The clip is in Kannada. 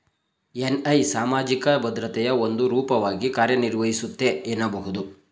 ಎನ್.ಐ ಸಾಮಾಜಿಕ ಭದ್ರತೆಯ ಒಂದು ರೂಪವಾಗಿ ಕಾರ್ಯನಿರ್ವಹಿಸುತ್ತೆ ಎನ್ನಬಹುದು